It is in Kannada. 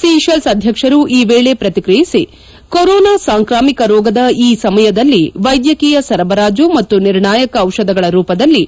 ಸೀತೆಲ್ಲ್ ಅಧ್ಯಕ್ಷರು ಈ ವೇಳೆ ಪ್ರತಿಕ್ರಿಯಿಸಿ ಕೋರೊನಾ ಸಾಂಕ್ರಾಮಿಕ ರೋಗದ ಈ ಸಮಯದಲ್ಲಿ ವೈದ್ಯಕೀಯ ಸರಬರಾಜು ಮತ್ತು ನಿರ್ಣಾಯಕ ಔಷಧಗಳ ರೂಪದಲ್ಲಿ